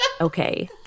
Okay